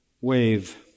wave